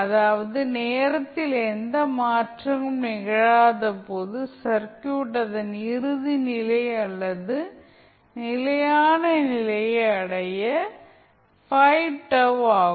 அதாவது நேரத்தில் எந்த மாற்றங்களும் நிகழாதபோது சர்க்யூட் அதன் இறுதி நிலை அல்லது நிலையான நிலையை அடைய 5 τ ஆகும்